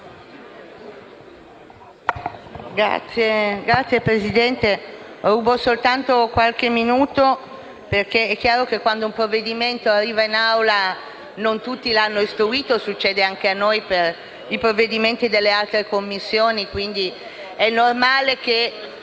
Signor Presidente, rubo solo qualche minuto. È chiaro che, quando un provvedimento arriva in Assemblea, non tutti l'hanno istruito - succede anche a noi per i provvedimenti delle altre Commissioni - e quindi è normale che